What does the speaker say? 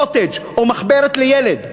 קוטג' או מחברת לילד,